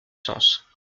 sens